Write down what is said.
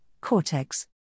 cortex